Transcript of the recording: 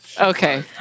Okay